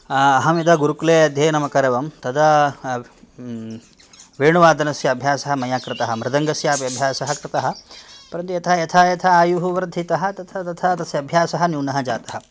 अहं यदा गुरुकुले अध्ययनम् अकरवं तदा वेणुवादनस्य अभ्यासः मया कृतः मृदङ्गस्यापि अभ्यासः कृतः परन्तु यथा यथा यथा आयुः वर्धितः तथा तथा तस्य अभ्यासः न्यूनः जातः